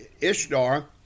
Ishtar